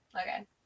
okay